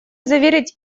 заверить